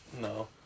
No